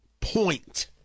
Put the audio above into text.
point